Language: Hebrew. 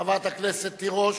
חברת הכנסת תירוש,